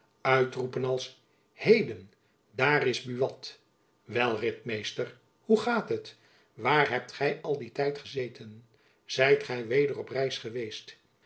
uitroepen als heden daar is buat wel ritmeester hoe gaat het waar hebt gy al dien tijd gezeten zijt gy weder op reis geweest